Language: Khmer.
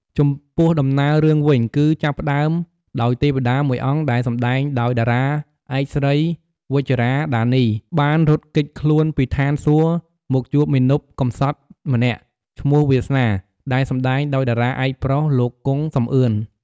ចំពោះដំណើររឿងវិញ គឹចាប់ផ្ដើមដោយទេវតាមួយអង្គដែលសម្ដែងដោយតារាឯកស្រី វិជ្ជរា ដានី បានរត់គេចខ្លួនពីឋានសួគ៌មកជួបមាណពកំសត់ម្នាក់ឈ្មោះវាសនា ដែលសម្ដែងដោយតារាឯកប្រុស លោកគង់ សំអឿន។